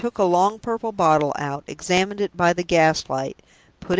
he took a long purple bottle out, examined it by the gas-light,